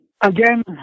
again